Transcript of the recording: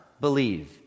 believe